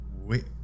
Wait